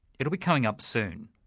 it'll be coming up soon.